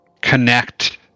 connect